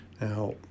Now